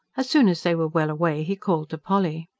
as soon as they were well away he called to polly.